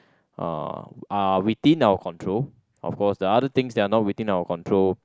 uh within our control of course the other things that are not within our control